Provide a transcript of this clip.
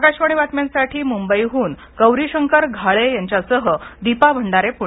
आकाशवाणी बातम्यांसाठी मुंबईहून गौरीशंकर घाले यांच्यासह दीपा भंडारे पूणे